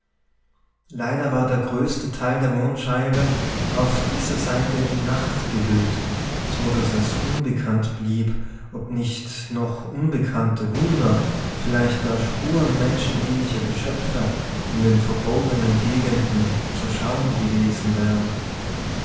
leider war der größte teil der mondscheibe auf dieser seite in nacht gehüllt so daß es unbekannt blieb ob nicht noch unbekannte wunder vielleicht gar spuren menschenähnlicher geschöpfe in den verborgenen gegenden zu schauen gewesen wären